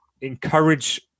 encourage